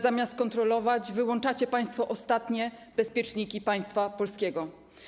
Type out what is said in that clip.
Zamiast kontrolować, wyłączacie państwo ostatnie bezpieczniki państwa polskiego.